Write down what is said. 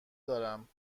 دارم